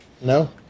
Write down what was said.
No